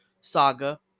saga